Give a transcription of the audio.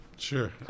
Sure